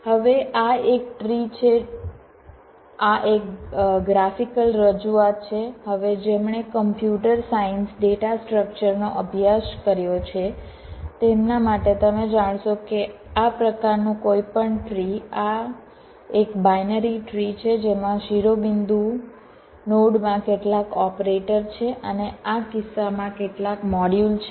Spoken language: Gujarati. હવે આ એક ટ્રી છે આ એક ગ્રાફિકલ રજૂઆત છે હવે જેમણે કોમ્પ્યુટર સાયન્સ ડેટા સ્ટ્રક્ચર નો અભ્યાસ કર્યો છે તેમના માટે તમે જાણશો કે આ પ્રકારનું કોઈપણ ટ્રી આ એક બાઇનરી ટ્રી છે જેમાં શિરોબિંદુ નોડમાં કેટલાક ઓપરેટર છે અને આ કિસ્સામાં કેટલાક મોડ્યુલ છે